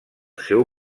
seu